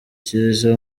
kiza